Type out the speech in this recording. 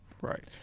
Right